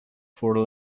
for